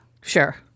Sure